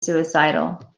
suicidal